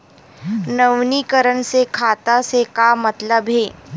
नवीनीकरण से खाता से का मतलब हे?